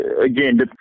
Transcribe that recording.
again